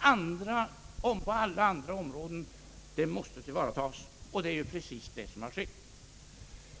andra områden tillvaratas. Det är vad som har skett.